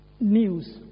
news